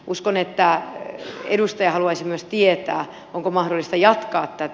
uskon että edustaja haluaisi myös tietää onko mahdollista jatkaa tätä